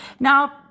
Now